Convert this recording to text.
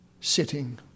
sitting